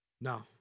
No